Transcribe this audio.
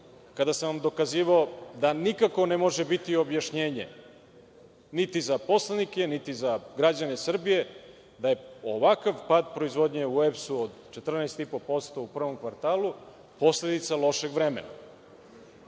kada sam vam dokazivao da nikako ne može biti objašnjenje, niti za poslanike, niti za građane Srbije, da je ovakav pad proizvodnje u EPS-u od 14,5%, u prvom kvartalu, posledica lošeg vremena.